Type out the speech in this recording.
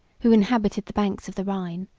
who inhabited the banks of the rhine,